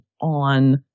on